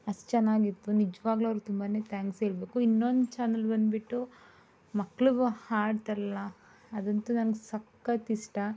ಅಷ್ಟು ಚೆನ್ನಾಗಿತ್ತು ನಿಜವಾಗ್ಲು ಅವ್ರ್ಗೆ ತುಂಬಾನೇ ಥ್ಯಾಂಕ್ಸ್ ಹೇಳ್ಭೇಕು ಇನ್ನೊಂದು ಚಾನಲ್ ಬಂದುಬಿಟ್ಟು ಮಕ್ಕಳಿಗು ಹಾಡ್ತಾರಲ್ಲ ಅದಂತು ನಂಗೆ ಸಕ್ಕತ್ತು ಇಷ್ಟ